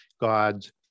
gods